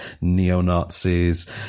neo-nazis